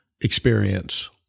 experience